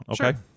Okay